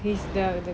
is dealt with